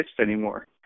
anymore